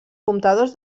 comptadors